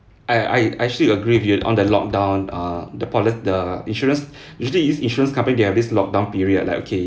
I I actually agree with you on the lock down uh the poli~ the insurance usually this insurance company they have this lock down period like okay